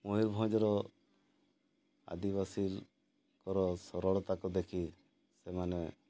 ମୟୂରଭଞ୍ଜର ଆଦିବାସୀଙ୍କର ସରଳତାକୁ ଦେଖି ସେମାନେ